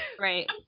Right